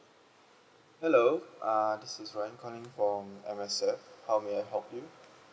hello uh this is ryan calling from M_S_F how may I help you